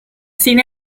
sin